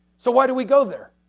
so why did we go there?